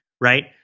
right